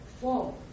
Four